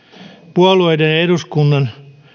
puolueiden ja eduskunnan